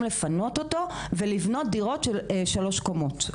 לפנות אותו ולבנות דירות של שלוש קומות.